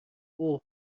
اوه